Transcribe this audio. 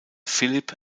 philipp